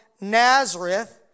Nazareth